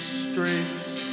streets